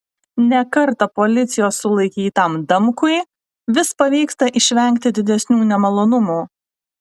ne kartą policijos sulaikytam damkui vis pavyksta išvengti didesnių nemalonumų